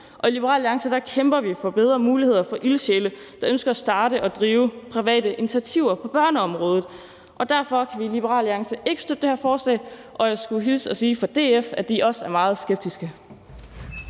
I Liberal Alliance kæmper vi for bedre muligheder for ildsjæle, der ønsker at starte og drive private initiativer på børneområdet. Derfor kan vi i Liberal Alliance ikke støtte det her forslag, og jeg skulle hilse og sige fra DF, at de også er meget skeptiske.